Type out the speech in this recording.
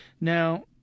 Now